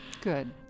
Good